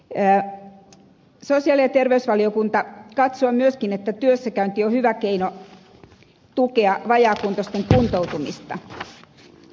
sosiaali ja terveysvaliokunta katsoo myöskin että työssäkäynti on hyvä keino tukea vajaakuntoisten kuntoutumista